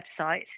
website